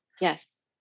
yes